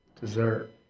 dessert